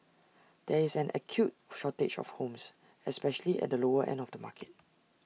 there is an acute shortage of homes especially at the lower end of the market